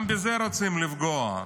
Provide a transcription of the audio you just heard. גם בזה רוצים לפגוע.